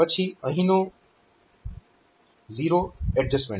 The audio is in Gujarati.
પછી અહીં નો ઝીરો એડજસ્ટમેન્ટ છે